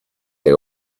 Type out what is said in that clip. they